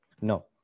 no